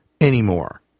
anymore